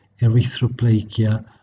erythroplakia